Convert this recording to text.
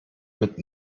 mit